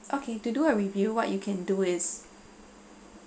okay to do a review what you can do is